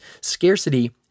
Scarcity